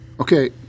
Okay